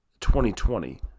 2020